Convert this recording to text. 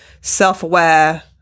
self-aware